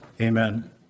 Amen